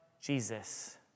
Jesus